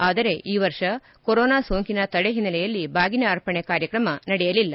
ಆದರೆ ಈ ವರ್ಷ ಕೋರೊನಾ ಸೋಂಕಿನ ತಡೆ ಹಿನ್ನಲೆಯಲ್ಲಿ ಬಾಗಿನ ಅರ್ಪಣೆ ಕಾರ್ಯಕ್ರಮ ನಡೆಯಲಿಲ್ಲ